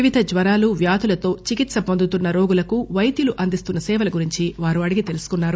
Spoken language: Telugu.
వివిధ జ్వరాలు వ్యాధులతో చికిత్ప వొందుతున్న రోగులకు వైద్యులు అందిస్తున్న సేవలు గురించి అడిగి తెలుసుకున్నారు